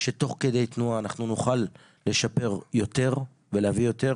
שתוך כדי תנועה נוכל לשפר יותר ולהביא יותר.